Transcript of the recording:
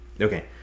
Okay